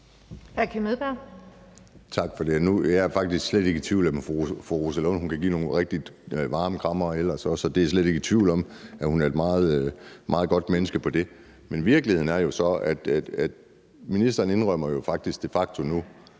Tak for det. Jeg er faktisk slet ikke tvivl om, at fru Rosa Lund ellers kan give nogle rigtig varme krammere. Jeg er slet ikke tvivl om, at hun er et meget godt menneske med det. Men virkeligheden er jo så, at ministeren de facto indrømmer nu,